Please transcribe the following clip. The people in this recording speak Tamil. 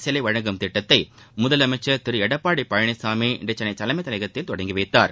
சேலை வழங்கும் திட்டத்தை முதலமைச்சர் திரு எடப்பாடி பழனிசாமி இன்று சென்னை தலைமைச்செயலகத்தில் தொடங்கிவைத்தார்